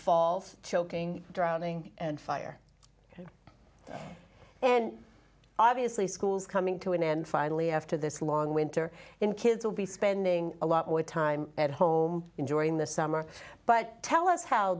falls choking drowning and fire and obviously schools coming to an end finally after this long winter in kids will be spending a lot more time at home enjoying the summer but tell us how